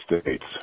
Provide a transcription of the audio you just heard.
states